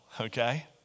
Okay